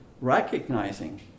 recognizing